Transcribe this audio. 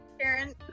Karen